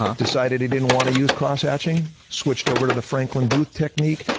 um decided he didn't want to use cross-hatching, switched over to the franklin booth technique,